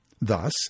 Thus